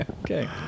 Okay